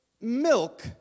milk